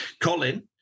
Colin